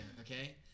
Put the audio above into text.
okay